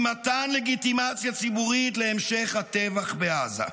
היא מתן לגיטימציה ציבורית להמשך הטבח בעזה.